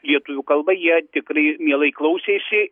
lietuvių kalba jie tikrai mielai klausėsi